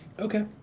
Okay